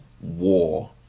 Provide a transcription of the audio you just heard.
war